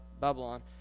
Babylon